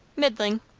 middling.